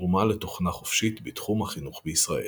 תרומה לתוכנה חופשית בתחום החינוך בישראל.